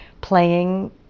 playing